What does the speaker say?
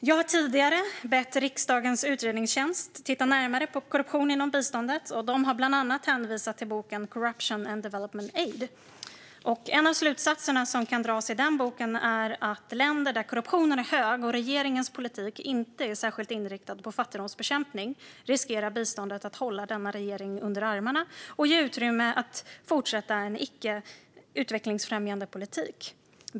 Jag har tidigare bett riksdagens utredningstjänst att titta närmare på korruptionen inom biståndet, och då har man bland annat hänvisat till boken Corruption and Development Aid . En av slutsatserna som kan dras av boken är att i länder där korruptionen är hög och där regeringens politik inte är särskilt inriktad på fattigdomsbekämpning riskerar biståndet att hålla denna regering under armarna och ge utrymme att fortsätta en icke utvecklingsfrämjande politik.